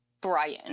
Brian